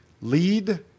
lead